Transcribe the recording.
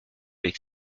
avec